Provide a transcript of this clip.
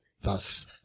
thus